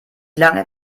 lange